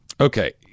Okay